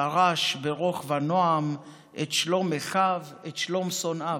דרש ברוך ונועם / את שלום אחיו ואת שלום שונאיו"